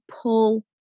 pull